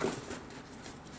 because not all Watsons